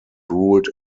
ruled